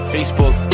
Facebook